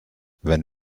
wenn